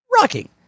rocking